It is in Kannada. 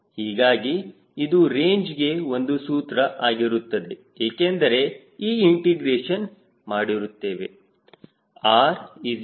ಹೀಗಾಗಿ ಇದು ರೇಂಜ್ಗೆ ಒಂದು ಸೂತ್ರ ಆಗಿರುತ್ತದೆ ಏಕೆಂದರೆ ಈ ಇಂಟಿಗ್ರೇಷನ್ ಮಾಡಿರುತ್ತೇವೆ